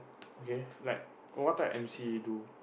okay like what type of emcee do